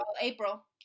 April